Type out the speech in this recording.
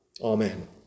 Amen